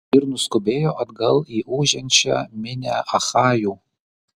ir nuskubėjo atgal į ūžiančią minią achajų